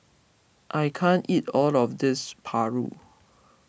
I can't eat all of this Paru